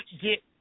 get